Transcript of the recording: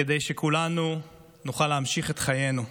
כדי שכולנו נוכל להמשיך את חיינו.